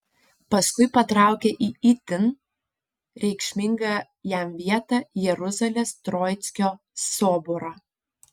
paskui patraukė į itin reikšmingą jam vietą jeruzalės troickio soborą